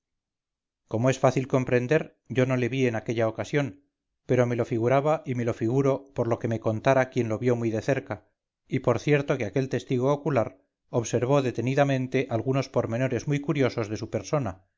como es fácil comprender yo no le vi en aquella ocasión pero me lo figuraba y me lo figuro por lo que me contara quien lo vio muy de cerca y por cierto que aquel testigo ocular observó detenidamente algunos pormenores muy curiosos de su persona